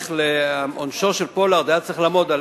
עונשו של פולארד היה צריך לעמוד,